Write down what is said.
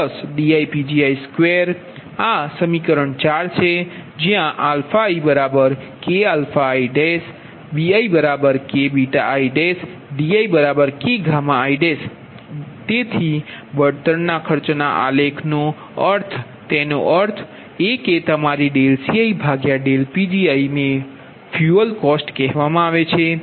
CiPgiibiPgidiPgi2 આ સમીકરણ 4 છે જ્યાં ikαibikβidikγi તેથી બળતણ ખર્ચના આલેખનો અર્થ હું તેનો અર્થ એ કે તમારી ∂Ci∂Pgiને ફ્યુઅલ કોસ્ટ કહેવામાં આવે છે